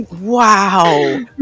wow